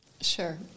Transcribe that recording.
Sure